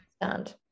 understand